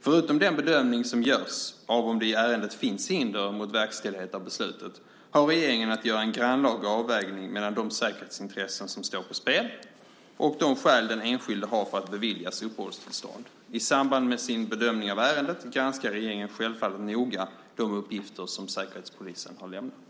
Förutom den bedömning som görs av om det i ärendet finns hinder mot verkställighet av beslutet, har regeringen att göra en grannlaga avvägning mellan de säkerhetsintressen som står på spel och de skäl den enskilde har för att beviljas uppehållstillstånd. I samband med sin bedömning av ärendet granskar regeringen självfallet noga de uppgifter som Säkerhetspolisen har lämnat.